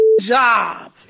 job